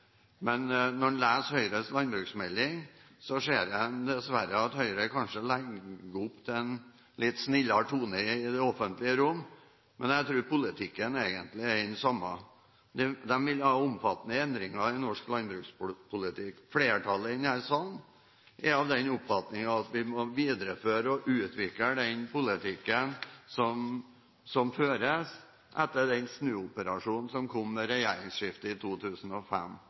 men når en leser Høyres landbruksmelding, ser en dessverre at Høyre kanskje legger opp til en litt snillere tone i det offentlige rom, men jeg tror politikken egentlig er den samme. De vil ha omfattende endringer i norsk landbrukspolitikk. Flertallet i denne salen er av den oppfatning at vi må videreføre og utvikle den politikken som føres nå, etter den snuoperasjonen som kom med regjeringsskiftet i 2005.